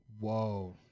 Whoa